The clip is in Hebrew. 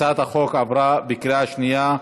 הצעת החוק עברה בקריאה שנייה.